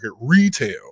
retail